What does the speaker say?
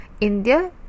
India